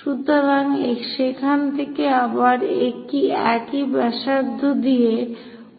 সুতরাং সেখান থেকে আবার একই ব্যাসার্ধ দিয়ে